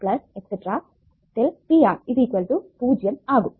p r 0 ആകും